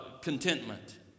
contentment